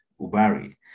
Ubari